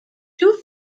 two